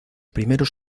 primeros